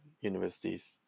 universities